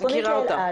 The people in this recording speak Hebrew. צפונית לאלעד.